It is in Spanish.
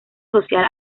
social